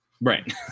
Right